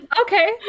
Okay